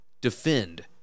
defend